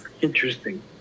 interesting